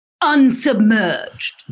Unsubmerged